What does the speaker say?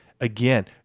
again